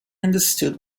understood